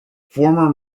former